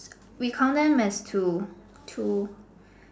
we count them as two two